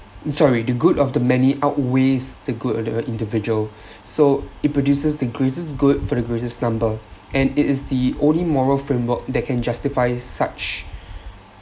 sorry the good of the many outweighs the good of the individual so it produces the greatest good for the greatest number and it is the only moral framework that can justify such